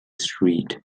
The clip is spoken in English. street